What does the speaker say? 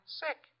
sick